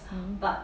mmhmm